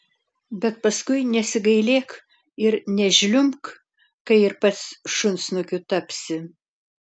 bet paskui nesigailėk ir nežliumbk kai ir pats šunsnukiu tapsi